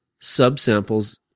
subsamples